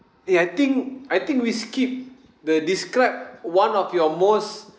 eh I think I think we skip the describe one of your most